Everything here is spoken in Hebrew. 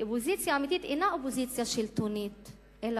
ואופוזיציה אמיתית אינה אופוזיציה שלטונית אלא